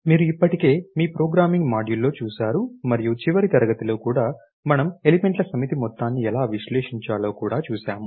మీరు ఇప్పటికే మీ ప్రోగ్రామింగ్ మాడ్యూల్లో చూసారు మరియు చివరి తరగతిలో కూడా మనము ఎలిమెంట్ల సమితి మొత్తాన్ని ఎలా విశ్లేషించాలో కూడా చూశాము